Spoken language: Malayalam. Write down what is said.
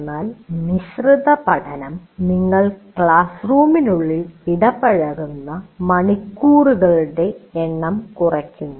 എന്നാൽ മിശ്രിത പഠനം നിങ്ങൾ ക്ലാസ്റൂമിനുള്ളിൽ ഇടപഴകുന്ന മണിക്കൂറുകളുടെ എണ്ണം കുറയ്ക്കുന്നു